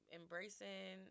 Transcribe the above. embracing